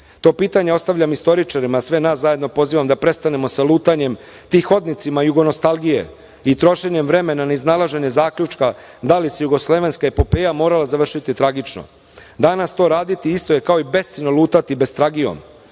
To pitanje ostavljam istoričarima, a sve nas zajedno pozivam da prestanemo sa lutanjem tim hodnicima jugonostalgije i trošenjem vremena na iznalaženje zaključka da li se jugoslovenska epopeja morala završiti tragično. Danas to raditi isto je kao i besciljno lutati bestragijom.